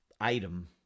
item